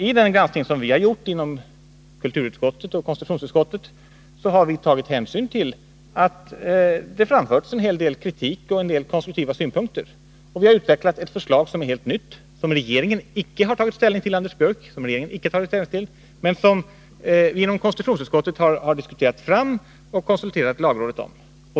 I den granskning som vi har gjort inom kulturutskottet och konstitutionsutskottet har vi tagit hänsyn till att det har framförts en hel del kritik och en del konstruktiva synpunkter. Vi har utvecklat ett förslag som är helt nytt — och som regeringen icke har tagit ställning till — men som inom konstitutionsutskottet har diskuterats fram och som vi konsulterat lagrådet om.